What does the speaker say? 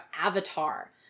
Avatar